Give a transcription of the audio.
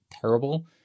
terrible